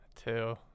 Two